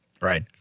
Right